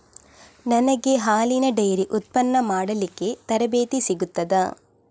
ನನಗೆ ಹಾಲಿನ ಡೈರಿ ಉತ್ಪನ್ನ ಮಾಡಲಿಕ್ಕೆ ತರಬೇತಿ ಸಿಗುತ್ತದಾ?